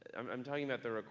and i'm talking about the,